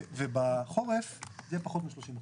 בחורף זה יהיה פחות מ-30%.